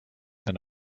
than